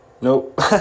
Nope